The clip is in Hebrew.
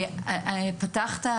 פתחת,